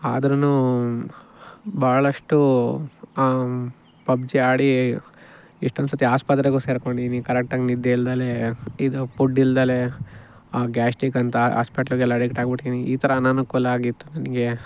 ಆದ್ರು ಭಾಳಷ್ಟು ಪಬ್ಜಿ ಆಡಿ ಎಷ್ಟೊಂದು ಸತಿ ಆಸ್ಪತ್ರೆಗೂ ಸೇರಿಕೊಂಡೀನಿ ಕರೆಟ್ಟಾಗಿ ನಿದ್ದೆ ಇಲ್ದೆ ಇದು ಫುಡ್ ಇಲ್ದೆ ಆ ಗ್ಯಾಸ್ಟಿಕ್ ಅಂತ ಹಾಸ್ಪೆಟ್ಲಗೆಲ್ಲ ಅಡಿಕ್ಟಾಗಿಬಿಟ್ಟಿನಿ ಈ ಥರ ಅನನುಕೂಲ ಆಗಿತ್ತು ನನಗೆ